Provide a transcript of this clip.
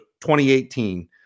2018